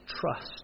Trust